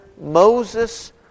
Moses